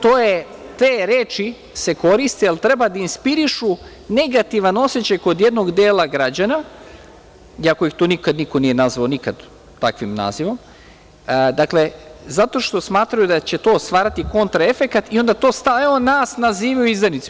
Te reči se koriste jer treba da inspirišu negativan osećaj kod jednog dela građana, iako ih niko nikad nije nazvao takvim nazivom, zato što smatraju da će to stvarati kontraefekat i onda evo nas nazivaju izdajnicima.